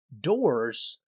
doors